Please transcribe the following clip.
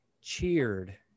cheered